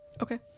Okay